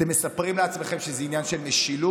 אתם מספרים לעצמכם שזה עניין של משילות.